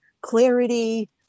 clarity